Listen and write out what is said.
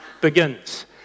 begins